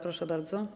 Proszę bardzo.